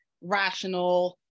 rational